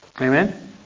Amen